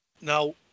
now